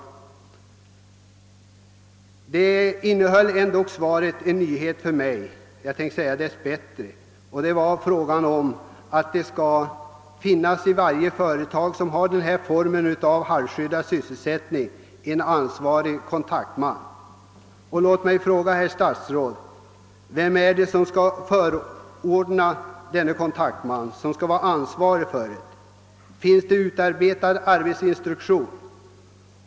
Svaret innehöll dock en nyhet för mig, nämligen uppgiften att det i varje företag, som har denna form av halvskyddad sysselsättning, skall finnas en ansvarig kontaktman. Vem skall, herr statsråd, förordna denne kontaktman? Finns arbetsinstruktion utarbetad?